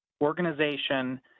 organization